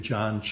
John